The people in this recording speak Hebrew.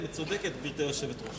דב חנין.